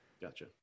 gotcha